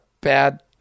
bad